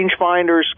rangefinders